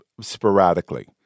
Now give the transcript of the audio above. sporadically